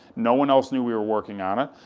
no one else knew we were working on it.